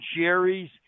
Jerry's